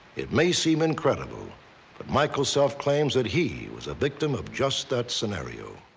it may seem incredible, but michael self claims that he was a victim of just that scenario.